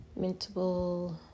Mintable